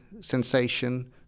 sensation